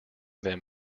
them